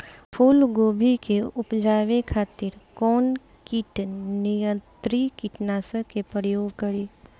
फुलगोबि के उपजावे खातिर कौन कीट नियंत्री कीटनाशक के प्रयोग करी?